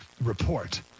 report